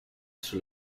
sous